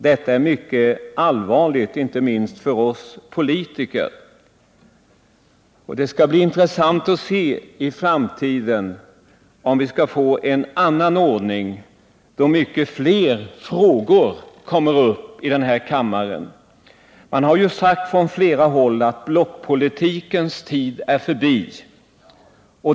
Detta är mycket allvarligt, inte minst för oss politiker. Det skall bli intressant att se om vi i framtiden får en annan ordning, så att många flera frågor tas upp här i kammaren. Det har ju från flera håll sagts att blockpolitikens tid är förbi.